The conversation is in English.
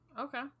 okay